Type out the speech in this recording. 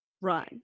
run